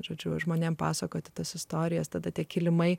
žodžiu žmonėms pasakoti tas istorijas tada tie kilimai